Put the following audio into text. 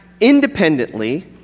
independently